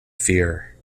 fear